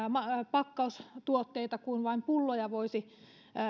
pakkaustuotteita kuin vain pulloja voisi